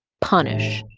punish.